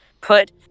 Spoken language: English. put